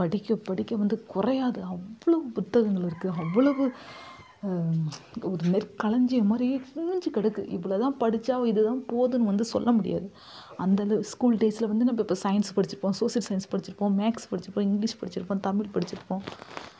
படிக்க படிக்க வந்து குறையாது அவ்வளோ புத்தகங்கள் இருக்குது அவ்வளவு ஒரு நெற்களஞ்சியம் மாதிரி குமுஞ்சி கிடக்கு இவ்வளோதான் படிச்சால் இதுதான் போதும்னு வந்து சொல்லமுடியாது அந்தந்த ஸ்கூல் டேஸ்ல வந்து நம்ம இப்போ சயின்ஸ் படித்திருப்போம் சோசியல் சயின்ஸ் படித்திருப்போம் மேக்ஸ் படித்திருப்போம் இங்லீஷ் படித்திருப்போம் தமிழ் படித்திருப்போம்